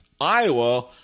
iowa